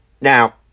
Now